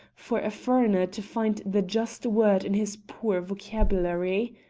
for a foreigner to find the just word in his poor vocabulary?